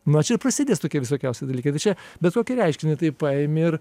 na čia ir prasidės tokie visokiausi dalykai tai čia bet kokį reiškinį taip paėmi ir